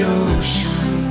ocean